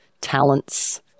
talents